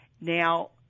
now